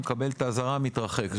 מקבל את האזהרה, מתרחק.